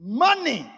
money